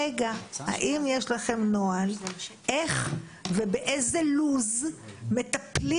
האם יש לכם נוהל איך ובאיזה לו"ז מטפלים